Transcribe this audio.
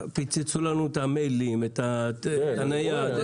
פיצצו לנו את המיילים, את הנייד.